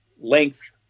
length